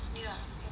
near ah